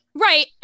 Right